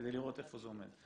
כדי לראות איפה זה עומד.